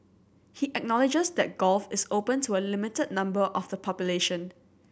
he acknowledges that golf is open to a limited number of the population